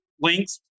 links